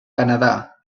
canadà